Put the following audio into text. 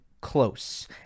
close